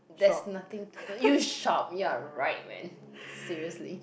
there's nothing you shop ya right man seriously